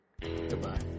Goodbye